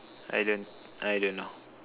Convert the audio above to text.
I don't I don't know